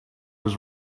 his